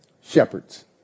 Shepherds